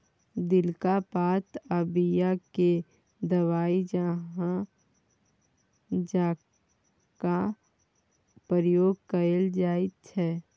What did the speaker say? दिलक पात आ बीया केँ दबाइ जकाँ प्रयोग कएल जाइत छै